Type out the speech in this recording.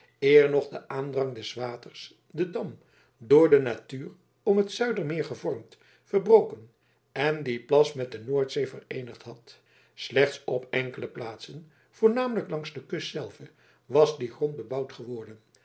eer nog de aandrang des waters den dam door de natuur om het zuidermeer gevormd verbroken en dien plas met de noordzee vereenigd had slechts op enkele plaatsen voornamelijk langs de kust zelve was die grond bebouwd geworden